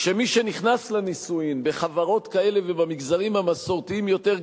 מי שנכנס לנישואים בחברות כאלה ובמגזרים המסורתיים יותר,